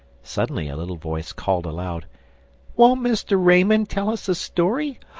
suddenly a little voice called aloud won't mr. raymond tell us a story?